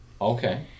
Okay